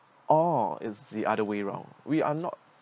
or is the other way round we are not